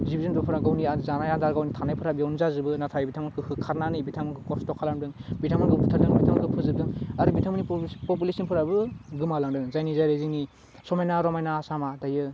जिब जिन्थुफोरा गावनि जानाय आदार गावनि थानायफ्रा बेयावनो जाजोबो नाथाय बिथांमोनखौ होखारनानै बिथां मोनखौ खस्त' खालामदों बिथांमोनखौ बुथारदों बिथांमोनखौ फोजोबदों आरो बिथांमोननि पपुलेशनफोराबो गोमा लांदों जायनि जारै जोंनि समायना रमायना आसामा दायो